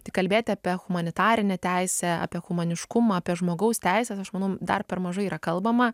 tai kalbėti apie humanitarinę teisę apie humaniškumą apie žmogaus teises aš manau dar per mažai yra kalbama